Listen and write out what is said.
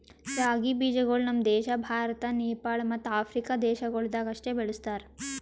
ರಾಗಿ ಬೀಜಗೊಳ್ ನಮ್ ದೇಶ ಭಾರತ, ನೇಪಾಳ ಮತ್ತ ಆಫ್ರಿಕಾ ದೇಶಗೊಳ್ದಾಗ್ ಅಷ್ಟೆ ಬೆಳುಸ್ತಾರ್